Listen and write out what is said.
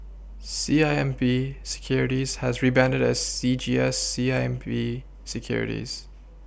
C I M B Securities has rebranded as C G S C I M B Securities